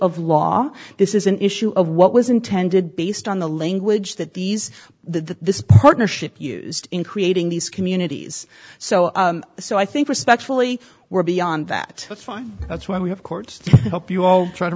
of law this is an issue of what was intended based on the language that these the this partnership used in creating these communities so so i think respectfully we're beyond that fine that's why we have courts help you all try to